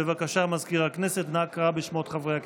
בבקשה, מזכיר הכנסת, נא קרא בשמות חברי הכנסת.